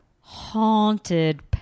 haunted